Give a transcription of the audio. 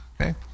Okay